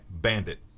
bandit